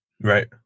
Right